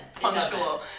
Punctual